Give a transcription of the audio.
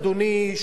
אדוני,